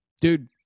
Dude